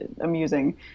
amusing